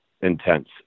intense